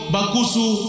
Bakusu